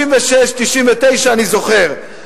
1996 1999, אני זוכר.